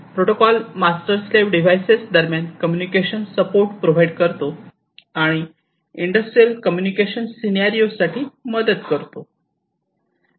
protocol master slave devices दरम्यान communication support provide करतोआणि industrial communication scenario साठी मदत करतो